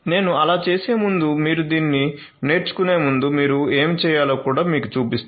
నేను అలా చేసే ముందు మీరు దీన్ని నేర్చుకునే ముందు మీరు ఏమి చేయాలో కూడా మీకు చూపిస్తాను